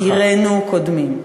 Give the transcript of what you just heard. עירנו קודמים".